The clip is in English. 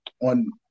on